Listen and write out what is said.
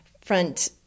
front